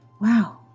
Wow